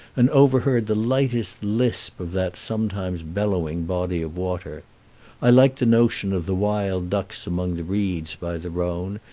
and overheard the lightest lisp of that sometimes bellowing body of water i liked the notion of the wild-ducks among the reeds by the rhone,